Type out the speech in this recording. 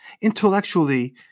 Intellectually